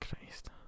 Christ